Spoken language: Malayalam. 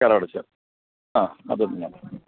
കരം അടച്ചത് ആ അത് തന്നെ